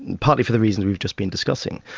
partly for the reason we've just been discussing,